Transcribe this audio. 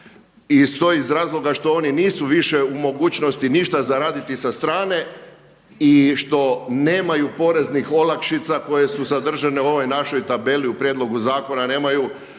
i to iz razloga što oni nisu više u mogućnosti ništa zaraditi sa strane i što nemaju poreznih olakšica koje su zadržane u ovoj našoj tabeli u prijedlogu zakona